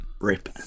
Rip